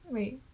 Wait